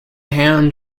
hand